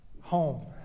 home